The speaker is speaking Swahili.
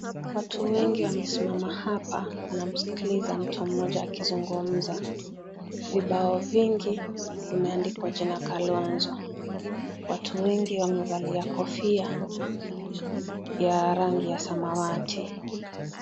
Watu wengi wamesimama hapa wanamskiliza mtu mmoja akizungumza. Vibao vingi vimeandikwa jina Kalonzo. Watu wawili wengi wamevalia kofia ya rangi ya samawati